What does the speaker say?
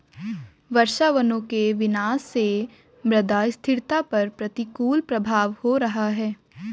वर्षावनों के विनाश से मृदा स्थिरता पर प्रतिकूल प्रभाव हो रहा है